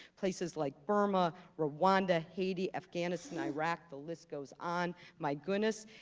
places like burma, rwanda, haiti, afghanistan, iraq, the list goes on. my goodness,